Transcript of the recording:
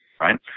right